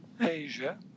Asia